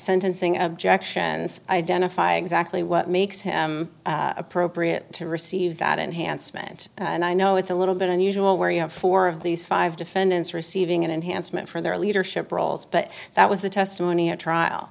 sentencing objections identify exactly what makes him appropriate to receive that enhancement and i know it's a little bit unusual where you have four of these five defendants receiving an enhancement for their leadership roles but that was the testimony at trial